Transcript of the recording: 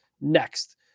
next